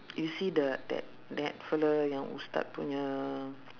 you see the that that fellow yang ustaz punya